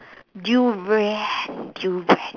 durian durian